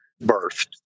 birthed